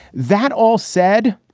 that all said.